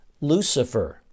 Lucifer